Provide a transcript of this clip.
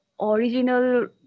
Original